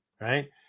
right